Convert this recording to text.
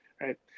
right